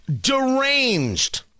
Deranged